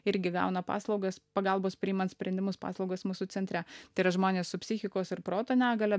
irgi gauna paslaugas pagalbos priimant sprendimus paslaugas mūsų centre tai yra žmonės su psichikos ir proto negalia